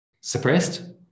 suppressed